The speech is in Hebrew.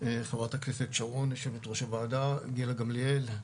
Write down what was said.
חברת הכנסת שרון יושבת ראש הועדה, גילה גמליאל,